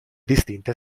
distinte